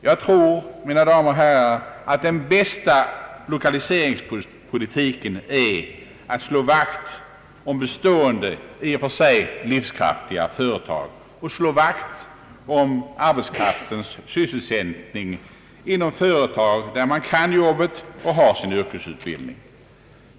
Jag tror, ärade kammarledamöter, att den bästa lokaliseringspolitiken är att slå vakt om bestående i och för sig livskraftiga företag och slå vakt om arbetskraftens sysselsättning inom företag där den kan jobbet och har sin yrkesutbildning.